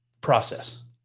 process